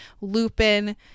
Lupin